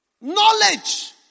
Knowledge